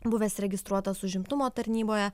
buvęs registruotas užimtumo tarnyboje